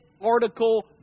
article